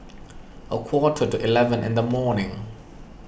a quarter to eleven in the morning